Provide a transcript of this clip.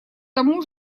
тому